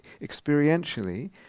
Experientially